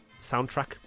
soundtrack